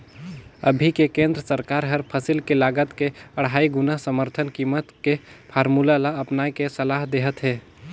अभी के केन्द्र सरकार हर फसिल के लागत के अढ़ाई गुना समरथन कीमत के फारमुला ल अपनाए के सलाह देहत हे